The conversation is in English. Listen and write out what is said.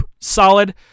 solid